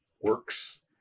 works